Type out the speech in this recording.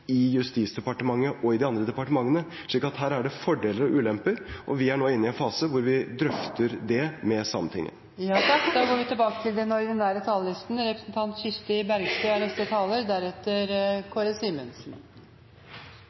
i Justisdepartementet og i de andre departementene. Så her er det fordeler og ulemper, og vi er nå inne i en fase hvor vi drøfter det med